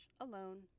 alone